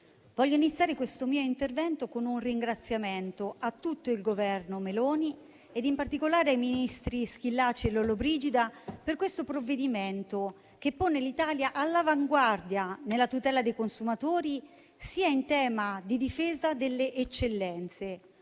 voglio iniziare questo mio intervento con un ringraziamento a tutto il Governo Meloni, in particolare ai ministri Schillaci e Lollobrigida, per questo provvedimento, che pone l'Italia all'avanguardia, sia nella tutela dei consumatori, sia in tema di difesa delle eccellenze.